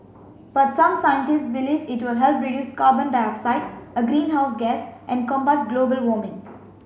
but some scientists believe it will help reduce carbon dioxide a greenhouse gas and combat global warming